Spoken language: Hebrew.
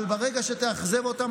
אבל ברגע שתאכזב אותם,